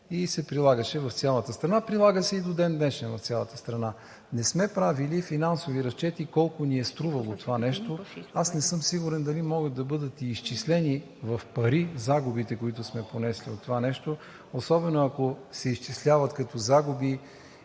и се прилагаше в цялата страна. Прилага се и до ден-днешен в цялата страна. Не сме правили финансови разчети колко ни е струвало това нещо. Не съм сигурен дали могат да бъдат и изчислени в пари загубите, които сме понесли от това нещо, особено ако се изчисляват като загуби,